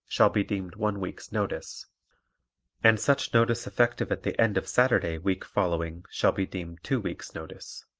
shall be deemed one week's notice and such notice effective at the end of saturday week following shall be deemed two weeks' notice.